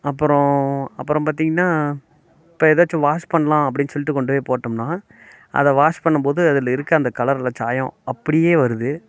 அப்புறம் அப்புறம் பார்த்தீங்கன்னா இப்போ ஏதாச்சும் வாஷ் பண்ணலாம் அப்படின்னு சொல்லிட்டு கொண்டு போய் போட்டோம்னால் அதை வாஷ் பண்ணும்போது அதில் இருக்க அந்த கலரோட சாயம் அப்படியே வருது